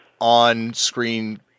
on-screen